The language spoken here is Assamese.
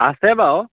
আছে বাৰু